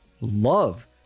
love